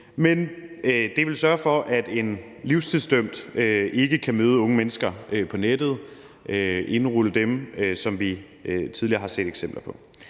men det vil sørge for, at en livstidsdømt ikke kan møde unge mennesker på nettet og indrullere dem, hvad vi tidligere har set eksempler på.